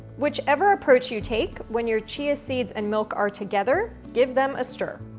whichever approach you take, when your chia seeds and milk are together, give them a stir.